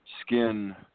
Skin